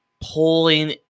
pulling